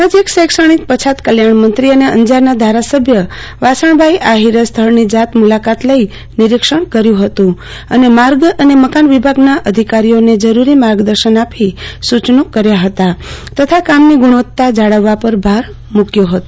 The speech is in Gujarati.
સામાજિક શૈક્ષણિક પછાત કલ્યાણમંત્રી અને અંજારના ધારાસભ્ય વાસણભાઈ આહિરે સ્થળની જાત મુલાકાત લઈ નિરીક્ષણકર્યું હતુ અને માર્ગ અને મકાનવિભાગના અધિકીરઓને જરૂરી માર્ગદર્શન આપી સૂચનો કર્યા હતા તથા કામની ગુણવત્તા જાળવવા પર ભાર મૂક્યો હતો